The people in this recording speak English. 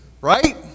Right